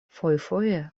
fojfoje